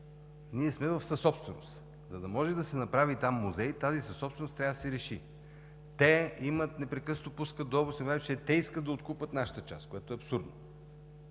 ние сме в съсобственост. За да може да се направи музей, тази съсобоственост трябва да се реши. Те непрекъснато искат да откупят нашата част – което е абсурдно.